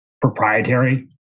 proprietary